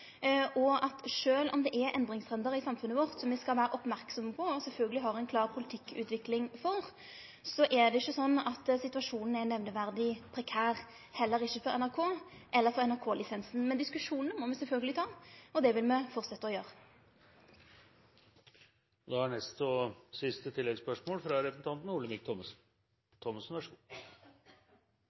samfunnet vårt, som me skal vera merksame på, og som me sjølvsagt må ha ei klar politikkutvikling for, er det ikkje sånn at situasjonen er nemneverdig prekær, heller ikkje for NRK eller for NRK-lisensen. Men diskusjonen må me sjølvsagt ta – det vil me fortsetje med å gjere. Olemic Thommessen – til oppfølgingsspørsmål. Spørsmålet om lisens handler om finansieringen av NRK og